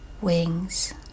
Wings